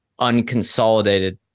unconsolidated